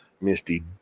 Misty